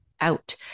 out